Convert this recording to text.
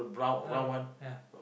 uh ya